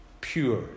pure